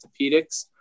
orthopedics